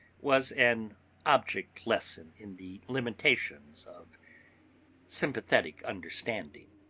was an object-lesson in the limitations of sympathetic understanding.